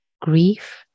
grief